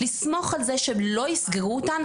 לסמוך על זה שלא יסגרו אותן,